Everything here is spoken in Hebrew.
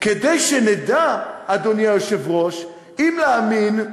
כדי שנדע, אדוני היושב-ראש, אם להאמין,